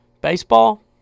Baseball